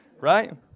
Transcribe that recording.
right